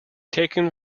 taken